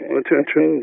attention